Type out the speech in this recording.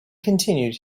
continued